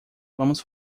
vamos